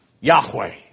Yahweh